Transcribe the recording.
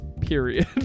Period